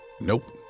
Nope